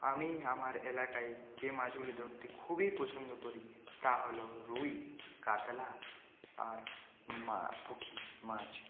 আমি আমার এলাকায় যে মাছগুলি ধরতে খুবই পছন্দ করি তা হল রুই কাতলা আর মা পুঁটি মাছ